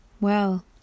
Well